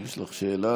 יש לך שאלה?